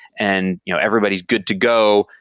and you know everybody's good to go.